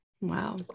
wow